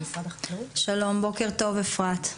שלום ובוקר טוב, אפרת.